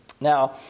Now